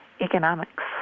Economics